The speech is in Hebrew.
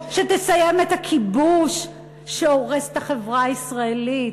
שתסיים את הכיבוש שהורס את החברה הישראלית,